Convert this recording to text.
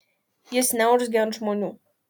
jis neurzgia ant žmonių